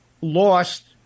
lost